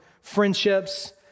friendships